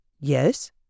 Yes